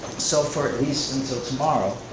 so for least until tomorrow.